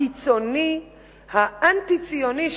הקיצוני, האנטי-ציוני.